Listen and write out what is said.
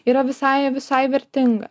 yra visai visai vertinga